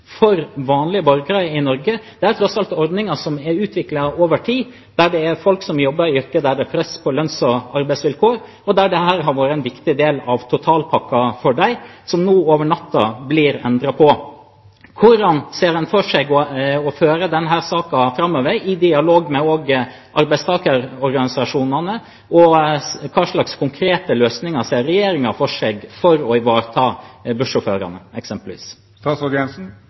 for vanlige borgere i Norge. Dette er tross alt ordninger som er utviklet over tid, der det er folk som jobber i yrker der det er press på lønns- og arbeidsvilkår, og der dette har vært en viktig del av totalpakken for dem, som nå blir endret på over natten. Hvordan ser en for seg å føre denne saken framover, også i dialog med arbeidstakerorganisasjonene, og hvilke konkrete løsninger ser regjeringen for seg for å ivareta bussjåførene,